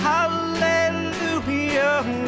Hallelujah